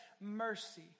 mercy